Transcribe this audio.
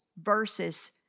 versus